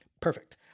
Perfect